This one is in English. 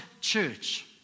church